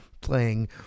playing